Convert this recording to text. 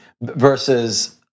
Versus